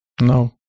no